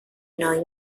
nói